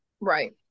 right